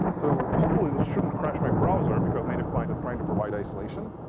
so hopefully this shouldn't crash my browser, because native client is trying to provide isolation.